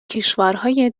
کشورهای